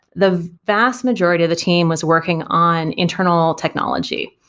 the vast majority of the team was working on internal technology.